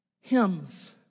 Hymns